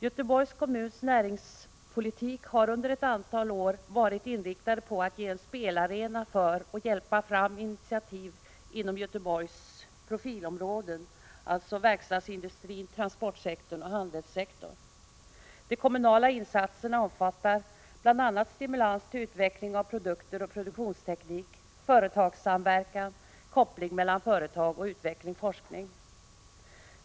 Göteborgs kommuns näringspolitik har under ett antal år varit inriktad på att ge en spelarena för att hjälpa fram initiativ inom Göteborgs profilområden: verkstadsindustrin, transportsektorn och handelssektorn. De kommunala insatserna omfattar bl.a. stimulans till utveckling av produkter och produktionsteknik, företagssamverkan, koppling mellan företag och utveckling/ forskning.